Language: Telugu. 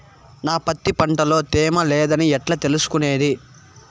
నా పత్తి పంట లో తేమ లేదని ఎట్లా తెలుసుకునేది?